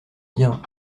bien